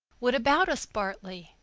what about us, bartley?